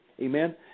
Amen